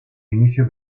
inicio